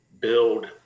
build